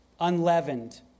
unleavened